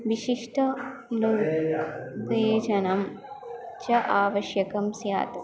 विशिष्टं खलु पेयझनं च आवश्यकं स्यात्